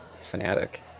fanatic